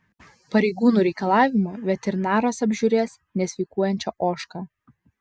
pareigūnų reikalavimu veterinaras apžiūrės nesveikuojančią ožką